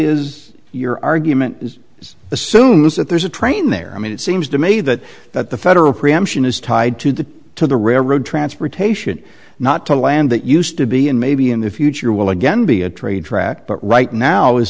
is your argument is assumes that there's a train there i mean it seems to me that that the federal preemption is tied to the to the railroad transportation not to land that used to be and maybe in the future will again be a trade track but right now is